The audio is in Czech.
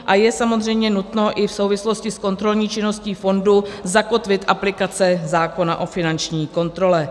A je samozřejmě nutno i v souvislosti s kontrolní činností fondu zakotvit aplikace zákona o finanční kontrole.